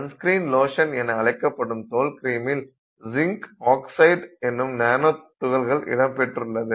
sunscreen lotion என அழைக்கப்படும் தோல் கிரீமில் ஜிங்க் ஆக்சைட் என்னும் நானோ துகள்கள் இடம் பெற்றுள்ளது